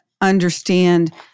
understand